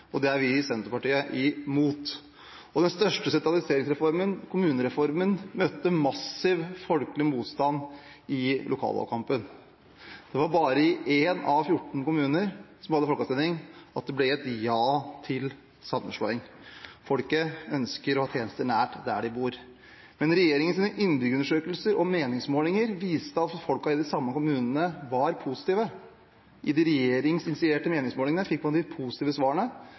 og det er vi i Senterpartiet imot. Den største sentraliseringsreformen, kommunereformen, møtte massiv folkelig motstand i lokalvalgkampen. Det var bare i én av fjorten kommuner som hadde folkeavstemning, at det ble et ja til sammenslåing. Folket ønsker å ha tjenester nært der de bor. Men regjeringens innbyggerundersøkelser og meningsmålinger viste at folkene i de samme kommunene var positive – i de regjeringsinitierte meningsmålingene fikk man de positive svarene,